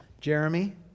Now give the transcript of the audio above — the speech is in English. Jeremy